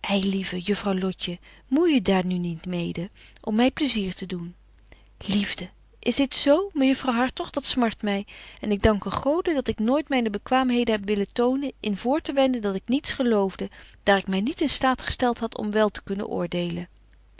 ei lieve juffrouw lotje moei u daar nu niet mede om my plaisier te doen liefde is dit z mejuffrouw hartog dat smart my en ik danke gode dat ik betje wolff en aagje deken historie van mejuffrouw sara burgerhart nooit myne bekwaamheden heb willen tonen in voor te wenden dat ik niets geloofde daar ik my niet in staat gestelt had om wel te kunnen oordelen